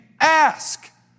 ask